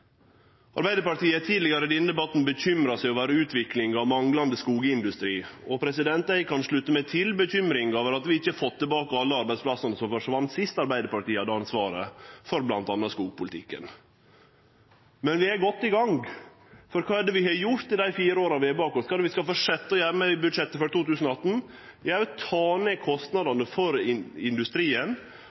Arbeidarpartiet har tidlegare i denne debatten bekymra seg over utviklinga av manglande skogindustri. Eg kan slutte meg til bekymringa over at vi ikkje har fått tilbake alle arbeidsplassane som forsvann sist Arbeidarpartiet hadde ansvaret for bl.a. skogpolitikken. Men vi er godt i gang. For kva er det vi har gjort i dei fire åra vi har bak oss, kva er det vi skal fortsetje å gjere med budsjettet for 2018? Jau, ta ned kostnadene for industrien